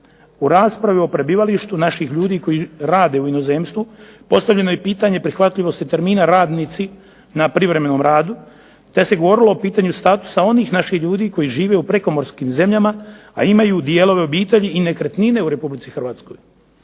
U raspravi o prebivalištu naših ljudi koji rade u inozemstvu postavljeno je pitanje prihvatljivosti termina radnici na privremenom radu, te se govorilo o pitanju statusa onih naših ljudi koji žive u prekomorskim zemljama, a imaju dijelove obitelji i nekretnine u Republici Hrvatskoj.